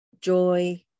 joy